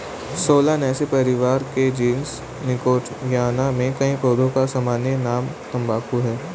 Solanaceae परिवार के genus Nicotiana में कई पौधों का सामान्य नाम तंबाकू है